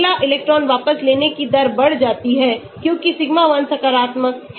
अगला इलेक्ट्रॉन वापस लेने की दर बढ़ जाती है क्योंकि सिग्मा 1 सकारात्मक है